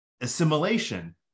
assimilation